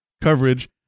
coverage